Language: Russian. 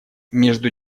между